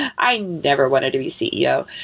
i never wanted to be ceo.